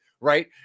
right